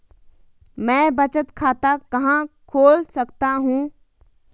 मैं बचत खाता कहां खोल सकता हूँ?